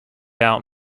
out